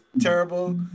terrible